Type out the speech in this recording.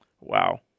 Wow